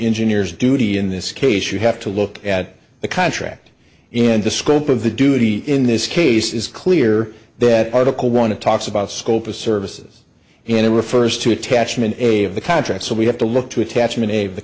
engineers duty in this case you have to look at the contract and the scope of the duty in this case is clear that article one to talks about scope of services and it refers to attachment a of the contract so we have to look to attachment